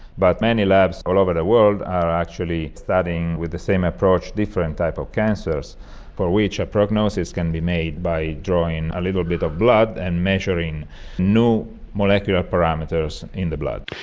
but many labs all over the world are actually studying with the same approach different types of cancers but which a prognosis can be made by drawing a little bit of blood and measuring new molecular parameters in the blood.